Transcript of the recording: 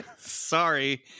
sorry